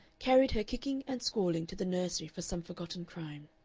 carried her kicking and squalling to the nursery for some forgotten crime.